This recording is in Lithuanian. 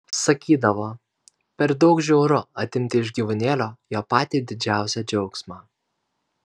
sakydavo per daug žiauru atimti iš gyvūnėlio jo patį didžiausią džiaugsmą